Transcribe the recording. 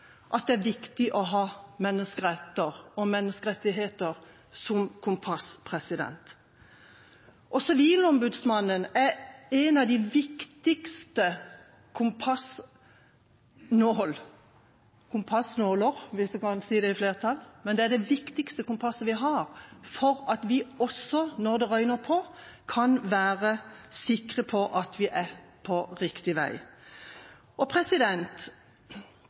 at det er viktig å ha menneskeretter og menneskerettigheter som kompass. Sivilombudsmannen er en av de viktigste kompassnålene og det viktigste kompasset vi har, for at vi også når det røyner på, kan være sikre på at vi er på riktig vei.